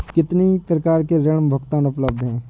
कितनी प्रकार के ऋण भुगतान उपलब्ध हैं?